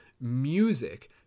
music